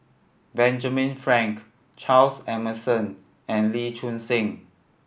Benjamin Frank Charles Emmerson and Lee Choon Seng